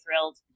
thrilled